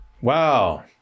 Wow